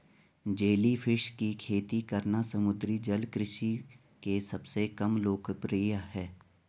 jellyfish की खेती करना समुद्री जल कृषि के सबसे कम लोकप्रिय है